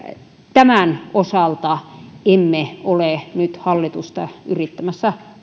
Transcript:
tämän osalta emme ole nyt hallitusta yrittämässä